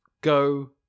go